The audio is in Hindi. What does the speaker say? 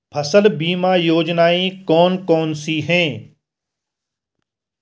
फसल बीमा योजनाएँ कौन कौनसी हैं?